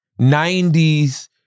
90s